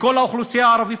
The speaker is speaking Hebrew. בכל האוכלוסייה הערבית,